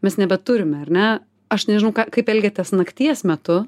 mes nebeturime ar ne aš nežinau ką kaip elgiatės nakties metu